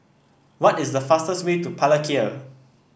what is the fastest way to Palikir